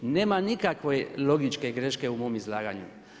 Nema nikakve logičke greške u mom izlaganju.